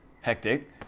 hectic